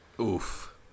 oof